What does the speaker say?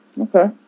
Okay